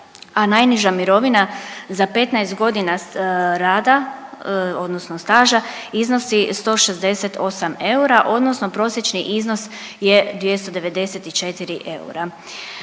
a najniža mirovina za 15.g. rada odnosno staža iznosi 168 eura odnosno prosječni iznos je 294 eura,